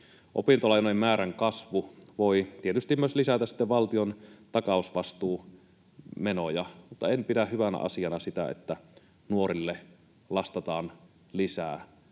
Opintolainojen määrän kasvu voi tietysti lisätä myös valtion takausvastuumenoja. En pidä hyvänä asiana sitä, että nuorille lastataan lisää